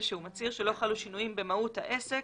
שהוא מצהיר שלא חלו שינויים במהות העסק,